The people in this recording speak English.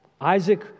Isaac